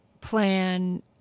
plan